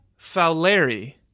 Fowleri